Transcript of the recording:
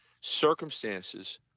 circumstances